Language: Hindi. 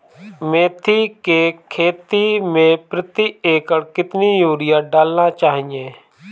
मेथी के खेती में प्रति एकड़ कितनी यूरिया डालना चाहिए?